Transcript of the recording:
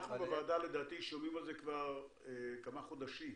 אנחנו בוועדה לדעתי שומעים על זה כבר כמה חודשים,